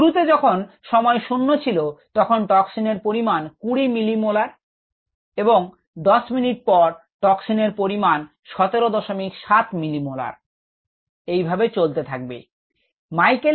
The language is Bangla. শুরুতে যখন সময় শূন্য ছিল তখন টক্সিনের পরিমাণ 20 millimolar এবং 10 মিনিট পর টক্সিনের পরিমাণ 177 মিলি মোলার এইভাবে চলতে থাকবে